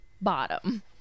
bottom